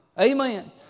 Amen